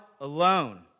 alone